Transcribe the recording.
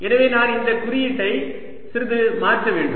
எனவே நான் இந்த குறியீட்டை சிறிது மாற்ற வேண்டும்